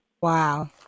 Wow